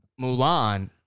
Mulan